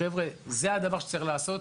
חבר'ה, זה הדבר שצריך לעשות,